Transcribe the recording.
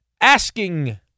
asking